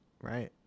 Right